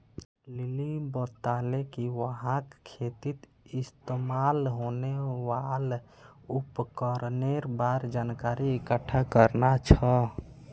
lily बताले कि वहाक खेतीत इस्तमाल होने वाल उपकरनेर बार जानकारी इकट्ठा करना छ